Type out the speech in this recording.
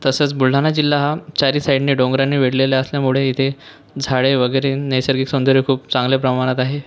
तसंच बुलढाणा जिल्हा हा चारी साईडने डोंगराने वेढलेला असल्यामुळे इथे झाडे वगैरे नैसर्गिक सौंदर्य खूप चांगल्या प्रमाणात आहे